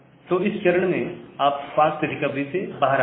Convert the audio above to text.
तो इस चरण में आप फास्ट रिकवरी से बाहर आते हैं